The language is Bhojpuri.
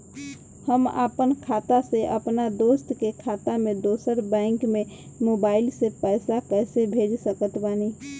हम आपन खाता से अपना दोस्त के खाता मे दोसर बैंक मे मोबाइल से पैसा कैसे भेज सकत बानी?